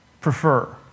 prefer